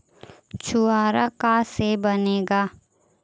छुआरा का से बनेगा?